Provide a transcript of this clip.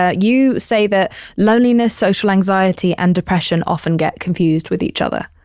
ah you say that loneliness, social anxiety and depression often get confused with each other.